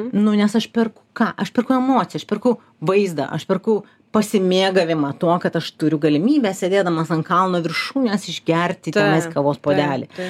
nu nes aš perku ką aš perku emociją aš pirkau vaizdą aš pirkau pasimėgavimą tuo kad aš turiu galimybę sėdėdamas ant kalno viršūnės išgerti tenais kavos puodelį